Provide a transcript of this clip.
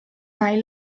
hai